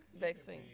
vaccine